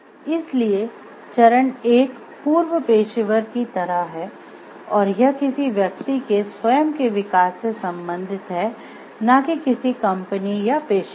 इसलिए चरण एक पूर्व पेशेवर की तरह है और यह किसी व्यक्ति के स्वयं के विकास से सम्बंधित है ना कि किसी कंपनी या पेशे के